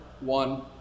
one